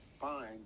fine